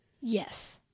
Yes